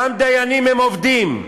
גם דיינים הם עובדים,